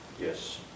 Yes